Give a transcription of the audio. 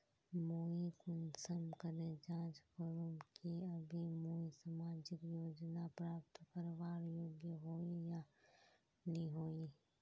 मुई कुंसम करे जाँच करूम की अभी मुई सामाजिक योजना प्राप्त करवार योग्य होई या नी होई?